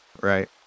right